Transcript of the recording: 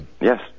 Yes